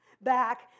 back